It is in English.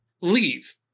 Leave